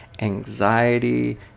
anxiety